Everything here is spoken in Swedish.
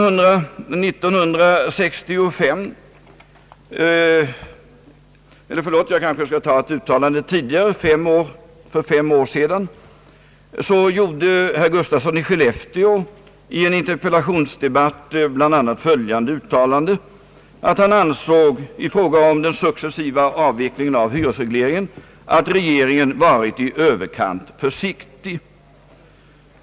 För fem år sedan gjorde herr Gustafsson i Skellefteå bl.a. det uttalandet i en interpellationsdebatt, att regeringen enligt hans mening varit i överkant försiktig i fråga om den successiva avvecklingen av hyresregleringen.